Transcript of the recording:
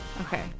Okay